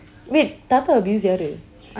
wait தாத்தா:taattaa abuse யாரு:yaaru